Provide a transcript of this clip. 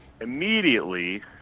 Immediately